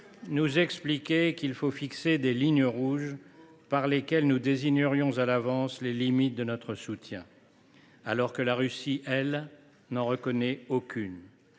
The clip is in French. nous expliquer qu’il faut fixer des « lignes rouges », par lesquelles nous désignerions à l’avance les limites de notre soutien, alors que la Russie, elle, n’en reconnaît aucune.